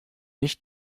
nicht